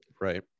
right